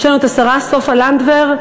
יש לנו את השרה סופה לנדבר,